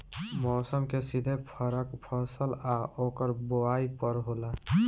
मौसम के सीधे फरक फसल आ ओकर बोवाई पर होला